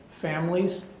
families